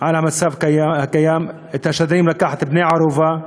את המצב הקיים, את השדרים לקחת בני-ערובה,